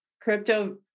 crypto